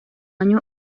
año